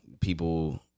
People